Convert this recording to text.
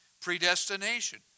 Predestination